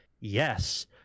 Yes